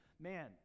man